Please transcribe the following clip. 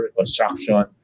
construction